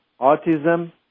autism